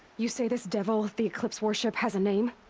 you say this devil. the eclipse worship, has a name?